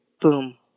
boom